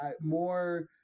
more